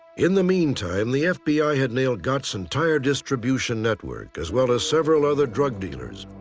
in the meantime, the fbi had nailed gott's entire distribution network, as well as several other drug dealers.